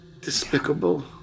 Despicable